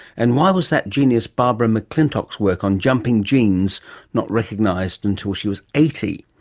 and why was that genius barbara mcclintock's work on jumping genes not recognised until she was eighty?